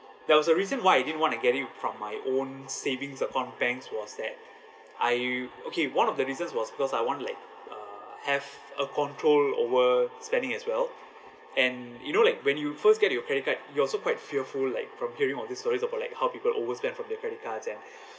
there was a reason why I didn't want to get it from my own savings account banks was that I okay one of the reasons was because I want to like uh have a control over spending as well and you know like when you first get your credit card you also quite fearful like from hearing all these stories about like how people overspend from their credit cards and